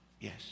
yes